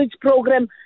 program